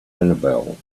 annabelle